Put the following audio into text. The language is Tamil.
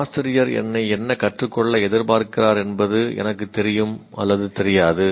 ஆசிரியர் என்னை என்ன கற்றுக்கொள்ள எதிர்பார்க்கிறார் என்பது எனக்குத் தெரியும் தெரியாது